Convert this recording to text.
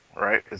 right